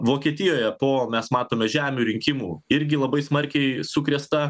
vokietijoje po mes matome žemių rinkimų irgi labai smarkiai sukrėsta